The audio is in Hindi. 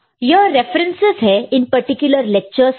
यह रेफरेंसस है इन पर्टिकुलर लेक्चरर्स के लिए